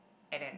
and then